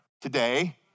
Today